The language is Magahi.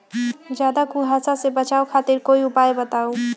ज्यादा कुहासा से बचाव खातिर कोई उपाय बताऊ?